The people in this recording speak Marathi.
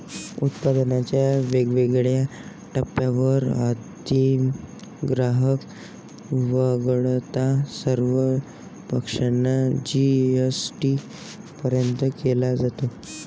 उत्पादनाच्या वेगवेगळ्या टप्प्यांवर अंतिम ग्राहक वगळता सर्व पक्षांना जी.एस.टी परत केला जातो